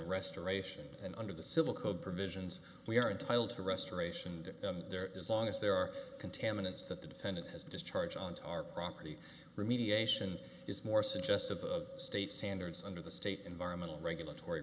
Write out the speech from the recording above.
restoration and under the civil code provisions we are entitled to restoration and there is long as there are contaminants that the defendant has discharge on tar property remediation is more suggestive of state standards under the state environmental regulatory